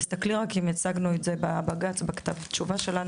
תסתכלי רק אם הצגנו את זה בבג"ץ בכתב תשובה שלנו.